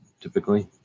typically